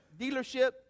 dealership